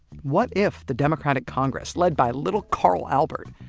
what if the democratic congress, led by little carl albert,